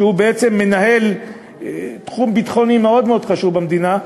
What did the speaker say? שבעצם מנהל תחום ביטחוני מאוד מאוד חשוב במדינה,